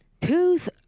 Tooth